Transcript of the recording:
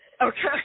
okay